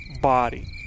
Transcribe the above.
body